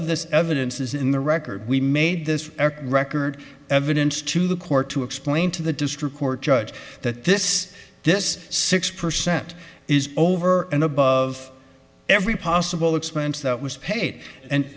of this evidence is in the record we made this record evidence to the court to explain to the district court judge that this this six percent is over and above every possible expense that was paid and